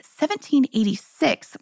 1786